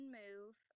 move